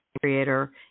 creator